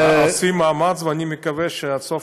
אנחנו עושים מאמץ, ואני מקווה שעד סוף,